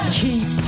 keep